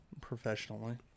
professionally